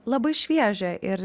labai šviežia ir